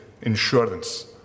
insurance